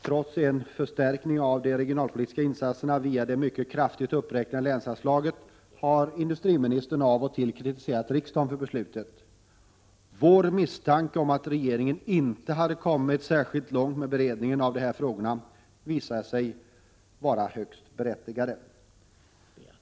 Trots en förstärkning av de regionalpolitiska insatserna via det mycket kraftigt uppräknade länsanslaget har industriministern av och till kritiserat riksdagen för beslutet. Vår misstanke om att regeringen inte hade kommit särskilt långt med beredningen av de här frågorna visade sig vara högst berättigad.